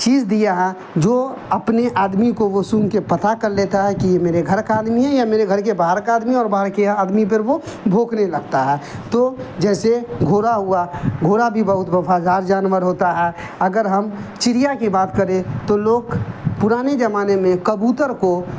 چیز دیا ہے جو اپنے آدمی کو وہ سونگھ کے پتہ کر لیتا ہے کہ میرے گھر کا آدمی ہے یا میرے گھر کے باہر کا آدمی ہے اور باہر کے آدمی پہ وہ بھوکنے لگتا ہے تو جیسے گھوڑا ہوا گھوڑا بھی بہت وفازار جانور ہوتا ہے اگر ہم چڑیا کی بات کریں تو لوگ پرانے زمانے میں کبوتر کو